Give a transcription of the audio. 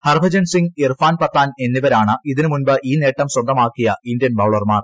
ഹർഭജൻ സിംഗ് ഇർഫാൻ പത്താൻ എന്നിവരാണ് ഇതിനു മുൻപ് ഈ നേട്ടം സ്വന്തമാ ക്കിയ ഇന്ത്യൻ ബൌളർമാർ